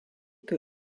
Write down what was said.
que